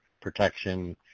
protection